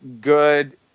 good